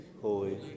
Holy